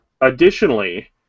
Additionally